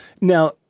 Now